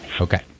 Okay